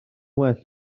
well